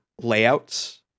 layouts